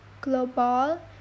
global